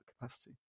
capacity